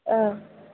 ओ